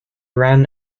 ran